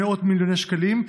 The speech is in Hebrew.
עם מאות מיליוני שקלים,